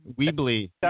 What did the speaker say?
Weebly